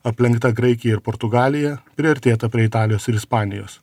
aplenkta graikija ir portugalija priartėta prie italijos ir ispanijos